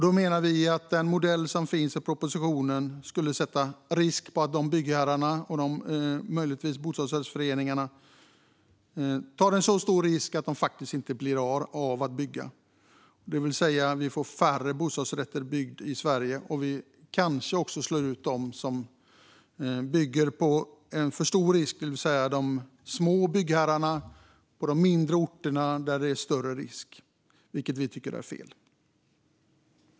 Vi menar att med den modell som finns i propositionen får byggherrar och bostadsföreningar ta en så stor risk att byggandet kanske inte blir av. Då kommer det att byggas färre bostadsrätter i Sverige, och kanske slås också små byggherrar som bygger med stor risk på mindre orter ut, vilket vi tycker är fel.